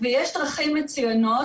יש דרכים מצוינות,